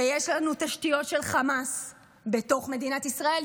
ויש לנו תשתיות של חמאס בתוך מדינת ישראל.